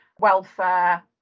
welfare